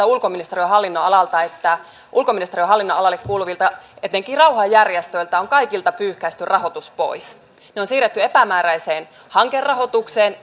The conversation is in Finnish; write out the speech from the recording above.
ulkoministeriön hallinnonalaa että ulkoministeriön hallinnonalalle kuuluvilta etenkin rauhanjärjestöiltä on kaikilta pyyhkäisty rahoitus pois ne on siirretty epämääräiseen hankerahoitukseen